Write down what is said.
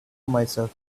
myself